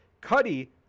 cuddy